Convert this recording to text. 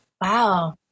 Wow